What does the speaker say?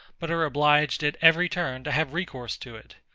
but are obliged at every turn to have recourse to it.